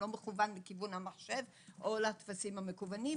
לא מכוונים לכיוון המחשב או לטפסים המקוונים,